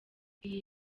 iyi